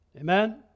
Amen